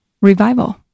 revival